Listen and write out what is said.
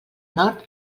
nord